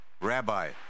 Rabbi